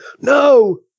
No